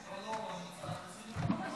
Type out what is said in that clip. לא, לא.